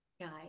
guide